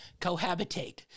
cohabitate